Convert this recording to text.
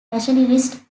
nationalist